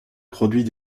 produit